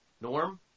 Norm